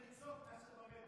של המריצות מאשר במטרו.